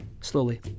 Slowly